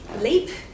leap